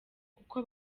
kuko